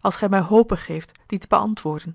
als gij mij hope geeft die te beantwoorden